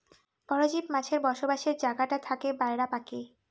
পরজীব মাছের বসবাসের জাগাটা থাকে বায়রা পাকে